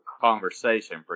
conversation